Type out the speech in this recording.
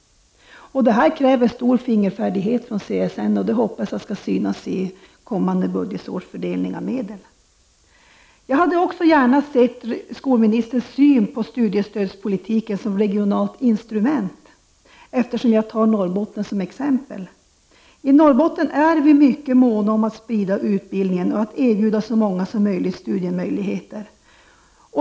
Detta kräver stor fingerfärdighet från CSN, något som jag hoppas skall synas i kommande budgetårs fördelning av medel. I skolministerns svar hade jag också gärna velat få besked om hans syn på studiestödspolitiken som regionalt instrument. Jag tar ju Norrbotten som exempel i min interpellation. I Norrbotten är vi mycket måna om att sprida utbildningen och om att erbjuda så många som möjligt studiemöjligheter.